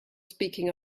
speaking